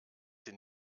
sie